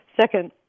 Second